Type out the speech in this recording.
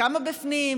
כמה בפנים,